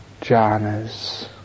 jhanas